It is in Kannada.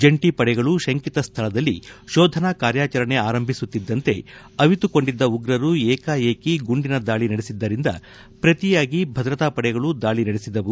ಜಂಟಿ ಪಡೆಗಳು ಶಂಕಿತ ಸ್ಥಳದಲ್ಲಿ ಶೋಧನಾ ಕಾರ್ಯಾಚರಣೆ ಆರಂಭಿಸುತ್ತಿದ್ದಂತೆ ಅವಿತುಕೊಂಡಿದ್ದ ಉಗ್ರರು ಏಕಾಏಕಿ ಗುಂಡಿನ ದಾಳಿ ನಡೆಸಿದ್ದರಿಂದ ಪ್ರತಿಯಾಗಿ ಭದ್ರತಾ ಪಡೆಗಳು ದಾಳಿ ನಡೆಸಿದವು